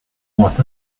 north